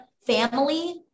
family